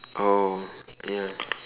oh ya